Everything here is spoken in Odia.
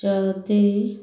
ଯଦି